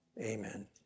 amen